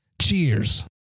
Cheers